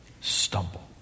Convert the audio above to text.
stumble